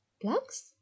Plugs